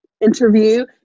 interview